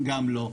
גם לא.